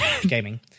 Gaming